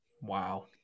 Wow